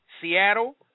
Seattle